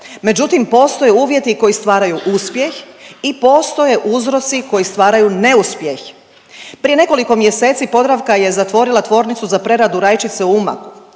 Međutim, postoje uvjeti koji stvaraju uspjeh i postoje uzroci koji stvaraju neuspjeh. Prije nekoliko mjeseci Podravka je zatvorila tvornicu za preradu rajčice u Umagu.